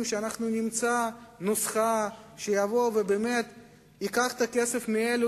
שאנחנו נמצא נוסחה שתיקח את הכסף מאלה